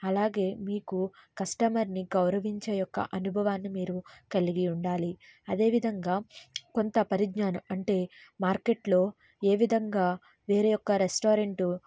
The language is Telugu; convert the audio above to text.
అలాగే మీకు కస్టమర్ని గౌరవించే యొక్క అనుభవాన్ని మీరు కలిగి ఉండాలి అదేవిధంగా కొంత పరిజ్ఞానం అంటే మార్కెట్లో ఏ విధంగా వేరే యొక్క రెస్టారెంట్